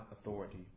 authority